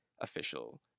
official